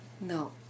no